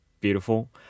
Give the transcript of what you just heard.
beautiful